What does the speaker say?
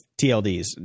TLDs